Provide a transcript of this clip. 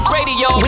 Radio